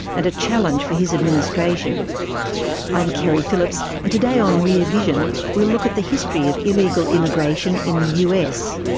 and a challenge for his administration i'm keri phillips, and today on rear vision we'll look at the history of illegal immigration in the us.